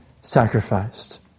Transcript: sacrificed